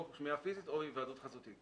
או שמיעה פיסית או היוועדות חזותית.